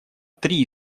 три